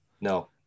No